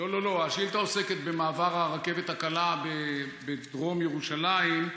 השאילתה עוסקת במעבר הרכבת הקלה בדרום ירושלים,